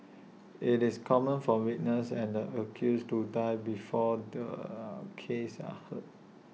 IT is common for witnesses and the accused to die before their cases are heard